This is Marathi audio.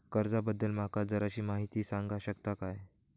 कर्जा बद्दल माका जराशी माहिती सांगा शकता काय?